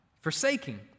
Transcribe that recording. forsaking